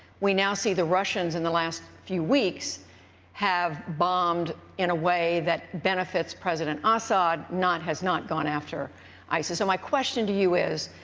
we now see the russians in the last few weeks have bombed in a way that benefits president assad, has not gone after isis. so my question to you is,